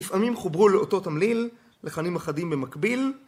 לפעמים חוברו לאותו תמליל לחנים אחדים במקביל